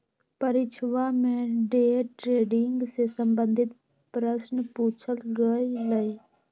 परीक्षवा में day trading से संबंधित प्रश्न पूछल गय लय